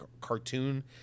cartoon